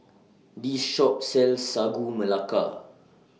This Shop sells Sagu Melaka